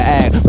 act